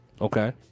Okay